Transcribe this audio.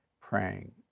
praying